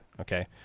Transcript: okay